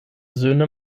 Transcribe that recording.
söhne